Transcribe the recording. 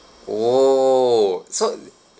orh so